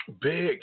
big